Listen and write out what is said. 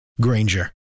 Granger